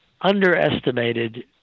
underestimated